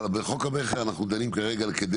אבל בחוק המכר אנחנו דנים כרגע כדי